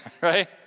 right